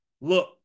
look